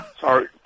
Sorry